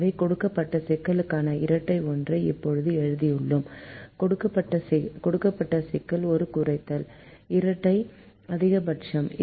எனவே கொடுக்கப்பட்ட சிக்கலுக்கான இரட்டை ஒன்றை இப்போது எழுதியுள்ளோம் கொடுக்கப்பட்ட சிக்கல் ஒரு குறைத்தல் இரட்டை அதிகபட்சம்